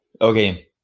Okay